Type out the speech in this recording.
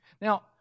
Now